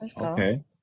Okay